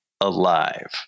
alive